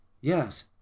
Yes